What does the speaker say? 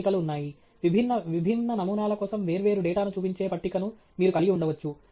పట్టికలు ఉన్నాయి విభిన్న విభిన్న నమూనాల కోసం వేర్వేరు డేటాను చూపించే పట్టికను మీరు కలిగి ఉండవచ్చు